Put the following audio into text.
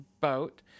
boat